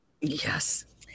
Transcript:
Yes